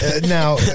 Now